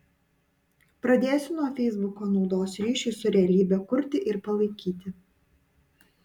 pradėsiu nuo feisbuko naudos ryšiui su realybe kurti ir palaikyti